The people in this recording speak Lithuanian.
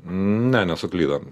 ne nesuklydom